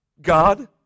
God